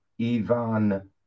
Ivan